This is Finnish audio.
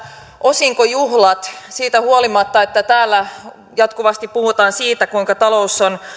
osinkojuhlat siitä huolimatta että täällä jatkuvasti puhutaan siitä kuinka talous on